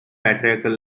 patriarchal